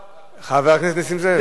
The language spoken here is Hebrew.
מתורבת, חבר הכנסת נסים זאב.